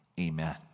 Amen